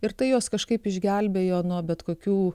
ir tai juos kažkaip išgelbėjo nuo bet kokių